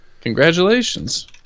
Congratulations